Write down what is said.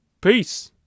peace